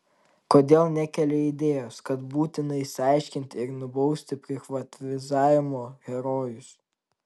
kodėl nekelia idėjos kad būtina išsiaiškinti ir nubausti prichvatizavimo herojus